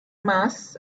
mass